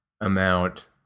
amount